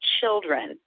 children